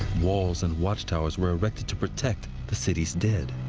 walls and watchtowers were erected to protect the city's dead.